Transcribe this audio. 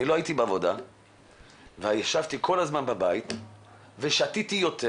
לא הייתי בעבודה וישבתי כל הזמן בבית ושתיתי יותר.